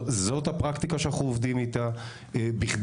זאת הפרקטיקה שאנחנו עובדים איתה בכדי